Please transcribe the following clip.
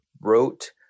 wrote